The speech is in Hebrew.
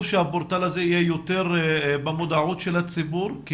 שהפורטל הזה יהיה יותר במודעות של הציבור.